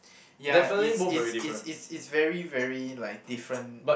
ya is is is is is very very like different